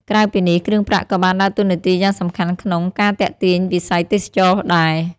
ក្រៅពីនេះ គ្រឿងប្រាក់ក៏បានដើរតួនាទីយ៉ាងសំខាន់ក្នុង ការទាក់ទាញវិស័យទេសចរណ៍ដែរ។